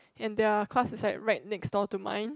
and their class is like right next door to mine